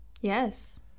Yes